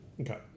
okay